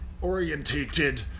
orientated